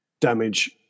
damage